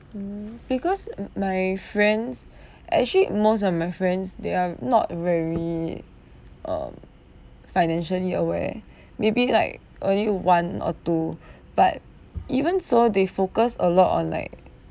mm because uh my friends actually most of my friends they are not very um financially aware maybe like only one or two but even so they focus a lot on like